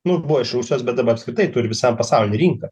nu buvo iš rusijos bet dabar apskritai turi visam pasaulinę rinką